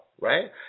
right